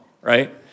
Right